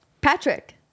Patrick